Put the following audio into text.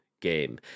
Game